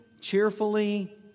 cheerfully